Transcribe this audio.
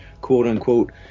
quote-unquote